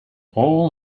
all